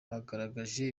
bagaragaje